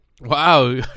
Wow